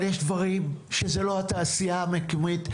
אבל יש דברים שזה לא התעשייה המקומית,